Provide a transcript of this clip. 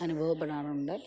അനുഭവപ്പെടാറുണ്ട്